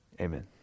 amen